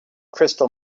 crystal